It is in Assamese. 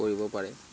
কৰিব পাৰে